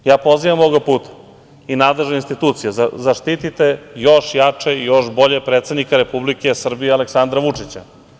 Pozivam ovog puta i nadležne institucije, zaštitite još jače i još bolje predsednika Republike Srbije Aleksandra Vučića.